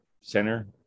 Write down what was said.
center